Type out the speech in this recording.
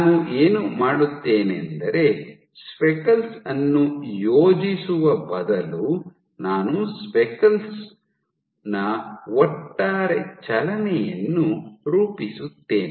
ನಾನು ಏನು ಮಾಡುತ್ತೇನೆಂದರೆ ಸ್ಪೆಕಲ್ಸ್ ಅನ್ನು ಯೋಜಿಸುವ ಬದಲು ನಾನು ಸ್ಪೆಕಲ್ಸ್ ನ ಒಟ್ಟಾರೆ ಚಲನೆಯನ್ನು ರೂಪಿಸುತ್ತೇನೆ